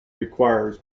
requires